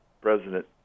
President